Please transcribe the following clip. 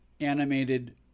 animated